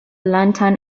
lantern